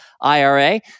IRA